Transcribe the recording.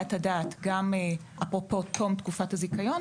את הדעת גם אפרופו תום תקופת הזיכיון,